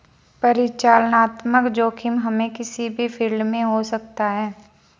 परिचालनात्मक जोखिम हमे किसी भी फील्ड में हो सकता है